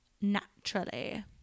naturally